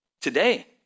today